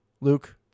Luke